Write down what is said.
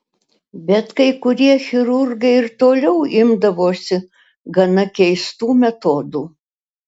bet kai kurie chirurgai ir toliau imdavosi gana keistų metodų